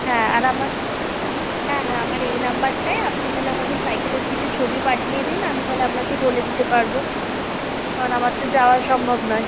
হ্যাঁ আর আমার হ্যাঁ হ্যাঁ আমার এই নাম্বারটায় আপনি তাহলে আমাকে সাইকেলের কিছু ছবি পাঠিয়ে দিন আমি তাহলে আপনাকে বলে দিতে পারবো কারণ আমার তো যাওয়া সম্ভব নয়